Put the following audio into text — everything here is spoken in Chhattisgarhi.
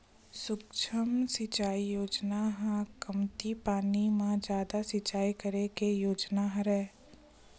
सुक्ष्म सिचई योजना ह कमती पानी म जादा सिचई करे के योजना हरय